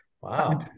Wow